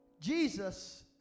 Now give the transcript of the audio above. Jesus